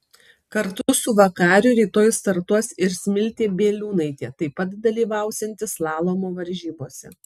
kartu su vakariu rytoj startuos ir smiltė bieliūnaitė taip pat dalyvausianti slalomo varžybose